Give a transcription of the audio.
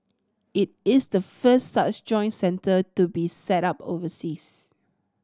it is the first such joint centre to be set up overseas